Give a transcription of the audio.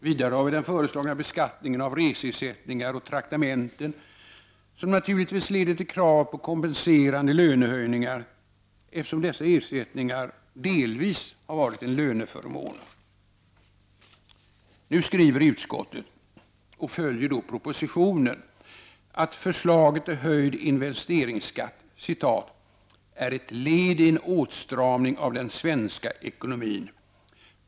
Vidare har vi den föreslagna beskattningen av reseersättningar och traktamenten, som naturligtvis leder till krav på kompenserande lönehöjningar, eftersom dessa ersättningar delvis har varit en löneförmån. Nu skriver utskottet — och följer propositionen — att förslaget till höjd investeringsskatt ”är ett led i en åtstramning av den svenska ekonomin.